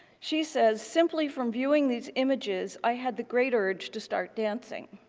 she says, simply from viewing these images, i had the great urge to start dancing.